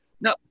no